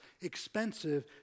expensive